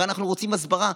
הרי אנחנו רוצים הסברה.